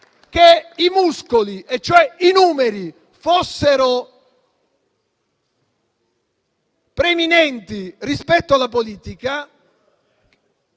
che i muscoli, cioè i numeri, fossero preminenti rispetto alla politica,